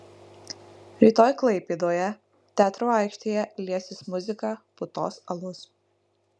rytoj klaipėdoje teatro aikštėje liesis muzika putos alus